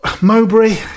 Mowbray